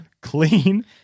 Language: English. Clean